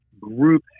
group